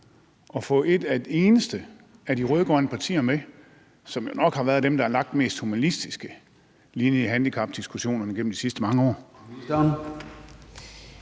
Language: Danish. at få et eneste af de rød-grønne partier med, som jo nok er dem, der har lagt den mest humanistiske linje i handicapdiskussionerne gennem de sidste mange år.